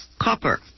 Copper